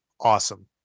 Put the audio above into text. awesome